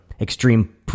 Extreme